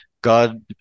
God